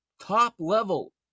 top-level